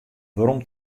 werom